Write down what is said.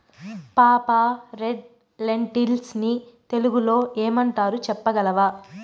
పాపా, red lentils ని తెలుగులో ఏమంటారు చెప్పగలవా